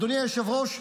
אדוני היושב-ראש,